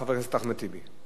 חבר הכנסת אחמד טיבי.